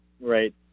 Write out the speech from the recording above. Right